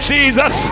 Jesus